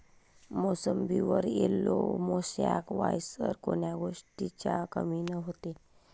मोसंबीवर yellow mosaic virus कोन्या गोष्टीच्या कमीनं होते?